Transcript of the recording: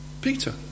Peter